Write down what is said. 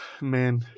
man